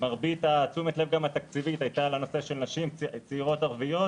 ומרבית תשומת הלב התקציבית הייתה לנושא של נשים צעירים ערביות,